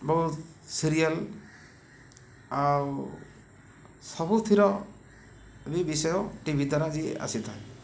ବହୁତ ସିରିଏଲ୍ ଆଉ ସବୁଥିର ବି ବିଷୟ ଟି ଭି ଦ୍ୱାରା ଯିଏ ଆସିଥାଏ